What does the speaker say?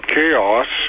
Chaos